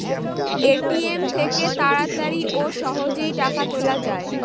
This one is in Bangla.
এ.টি.এম থেকে তাড়াতাড়ি ও সহজেই টাকা তোলা যায়